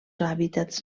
hàbitats